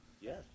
Yes